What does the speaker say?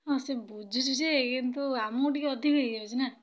ହଁ ସେ ବୁଝୁଛି ଯେ କିନ୍ତୁ ଆମକୁ ଟିକେ ଅଧିକ ହେଇଯାଉଛି ନା